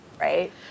right